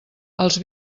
els